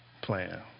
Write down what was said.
plan